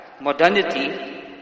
Modernity